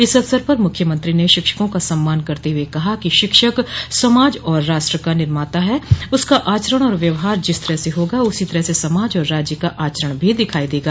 इस अवसर पर मुख्यमंत्री ने शिक्षकों का सम्मान करते हुए कहा कि शिक्षक समाज और राष्ट्र का निर्माता है उसका आचरण और व्यवहार जिस तरह से होगा उसी तरह से समाज और राज्य का आचरण भी दिखाई देगा